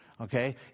Okay